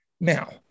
Now